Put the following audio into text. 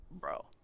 Bro